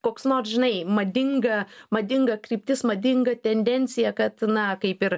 koks nors žinai madinga madinga kryptis madinga tendencija kad na kaip ir